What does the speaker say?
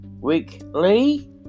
weekly